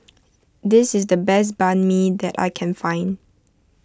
this is the best Banh Mi that I can find